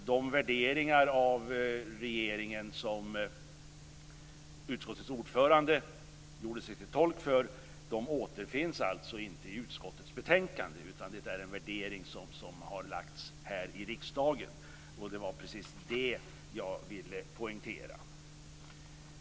De värderingar av regeringen som utskottets ordförande gjorde sig till tolk för återfinns inte i utskottets betänkande. Det är en värdering som har lagts fram här i riksdagen. Det var det jag ville poängtera.